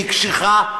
היא קשיחה,